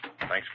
Thanks